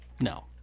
no